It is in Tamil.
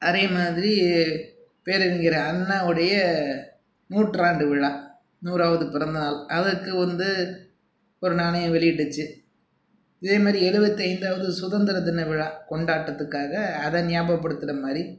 அதே மாதிரி பேரறிஞர் அண்ணாவுடைய நூற்றாண்டு விழா நூறாவது பிறந்த நாள் அதற்கு வந்து ஒரு நாணயம் வெளியிட்டுச்சு அதே மாதிரி எழுபத்தி ஐந்தாவது சுதந்திர தின விழா கொண்டாட்டத்துக்காக அதை ஞாபகப்படுத்துகிற மாதிரி